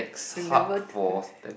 remember to